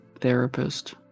therapist